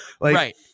right